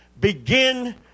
begin